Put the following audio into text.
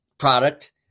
product